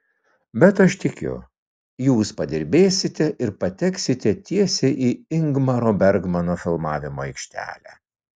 bet aš tikiu jūs padirbėsite ir pateksite tiesiai į ingmaro bergmano filmavimo aikštelę